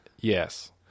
Yes